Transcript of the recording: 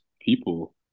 people